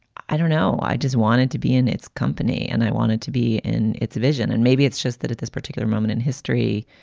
i don't know. i just wanted to be in its company and i wanted to be in its vision. and maybe it's just that at this particular moment in history,